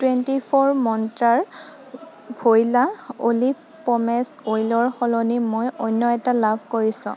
twenty four মন্ত্ৰাৰ ভইলা olive pomace oil সলনি মই অন্য এটা লাভ কৰিছো